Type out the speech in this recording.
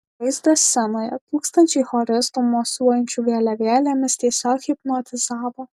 vaizdas scenoje tūkstančiai choristų mosuojančių vėliavėlėmis tiesiog hipnotizavo